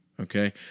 okay